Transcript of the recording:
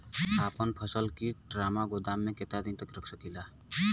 अपना फसल की ड्रामा गोदाम में कितना दिन तक रख सकीला?